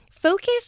Focus